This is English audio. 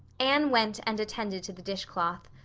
anne went and attended to the dishcloth.